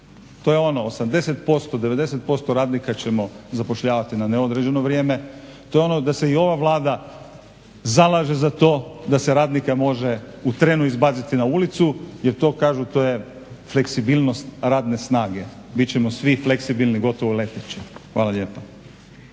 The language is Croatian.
To je ono, 80%, 90% radnika ćemo zapošljavati na neodređeno vrijeme. To je ono da se i ova Vlada zalaže za to da se radnika može u trenu izbaciti na ulicu, jer kažu to je fleksibilnost radne snage. Bit ćemo svi fleksibilni, gotovo leteći. Hvala lijepa.